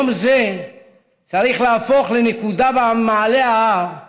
יום זה צריך להפוך לנקודה במעלה ההר,